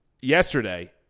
yesterday